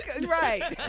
Right